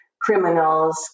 criminals